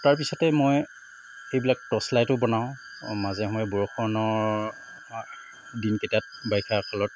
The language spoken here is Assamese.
তাৰপিছতে মই এইবিলাক টৰ্চ লাইটো বনাওঁ মাজে সময়ে বৰষুণৰ দিনকেইটাত বাৰিষাকালত